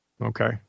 Okay